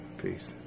peace